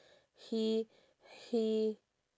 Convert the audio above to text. he he